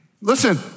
Listen